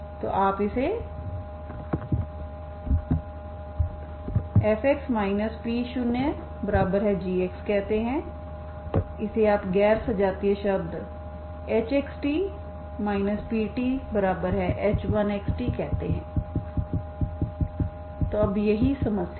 तो आप इसे fx p0g कहते हैंइसे आप गैर सजातीय शब्द hxt pth1xt कहते हैं तो अब यही समस्या है